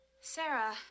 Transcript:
Sarah